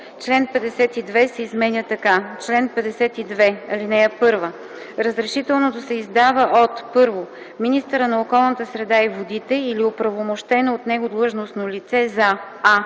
Член 52 се изменя така: „Чл. 52. (1) Разрешителното се издава от: 1. министъра на околната среда и водите или оправомощено от него длъжностно лице за: